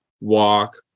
walk